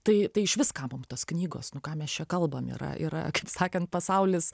tai tai išvis kam mum tos knygos nu ką mes čia kalbam yra yra kaip sakant pasaulis